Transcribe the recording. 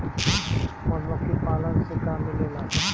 मधुमखी पालन से का मिलेला?